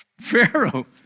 Pharaoh